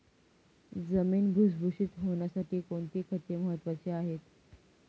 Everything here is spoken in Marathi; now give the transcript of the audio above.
जमीन भुसभुशीत होण्यासाठी कोणती खते महत्वाची आहेत?